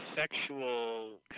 sexual